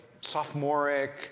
sophomoric